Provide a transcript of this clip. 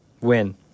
Win